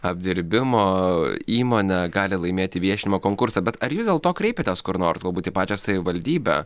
apdirbimo įmonė gali laimėti viešinimo konkursą bet ar jūs dėl to kreipėtės kur nors galbūt į pačią savivaldybę